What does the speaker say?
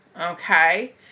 okay